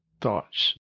thoughts